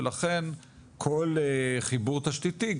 ולכן כל חיבור תשתיתי,